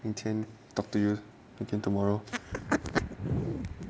明天 talk to you again tomorrow